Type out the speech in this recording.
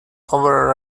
over